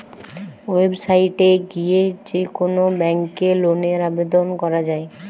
website এ গিয়ে যে কোন ব্যাংকে লোনের আবেদন করা যায়